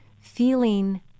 feeling